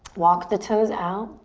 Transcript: walk the toes out.